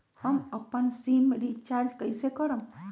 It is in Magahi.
हम अपन सिम रिचार्ज कइसे करम?